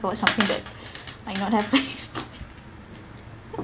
about something that might not happen